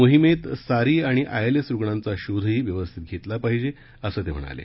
मोहिमेत सारी आणि आयएलएस रुग्णांचा शोधही व्यवस्थित घेतला पाहिजे असं ते म्हणाले